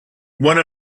one